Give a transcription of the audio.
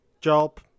Job